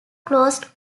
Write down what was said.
closed